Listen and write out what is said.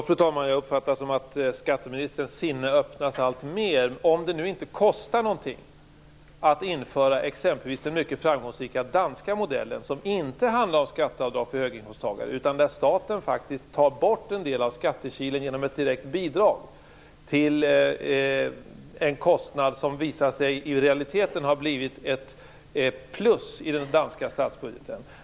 Fru talman! Jag uppfattar det som att skatteministerns sinne öppnas alltmer. Det behöver inte kosta någonting att införa exempelvis den mycket framgångsrika danska modellen. Den handlar inte om skatteavdrag för höginkomsttagare, utan staten tar bort en del av skattekilen genom ett direkt bidrag. Detta görs till en kostnad som i realiteten visat sig bli ett plus i den danska statsbudgeten.